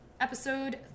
Episode